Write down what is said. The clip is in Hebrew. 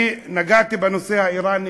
אני נגעתי בנושא האיראני,